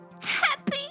happy